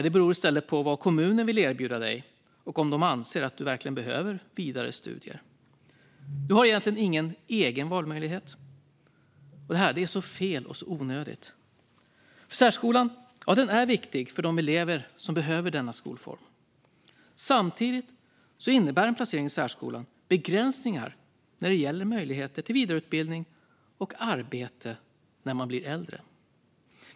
Det beror i stället på vad kommunen vill erbjuda dig och om de anser att du verkligen behöver vidare studier. Du har egentligen ingen egen valmöjlighet. Detta är så fel och så onödigt. Särskolan är viktig för de elever som behöver denna skolform. Samtidigt innebär en placering i särskolan begränsningar när det gäller möjligheter till vidareutbildning och arbete när man blir äldre.